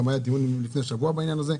היה גם דיון לפני שבוע בעניין הזה.